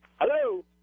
Hello